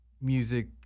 Music